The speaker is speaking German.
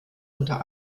unter